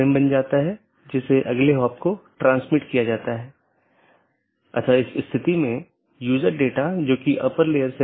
एक गैर मान्यता प्राप्त ऑप्शनल ट्रांसिटिव विशेषता के साथ एक पथ स्वीकार किया जाता है और BGP साथियों को अग्रेषित किया जाता है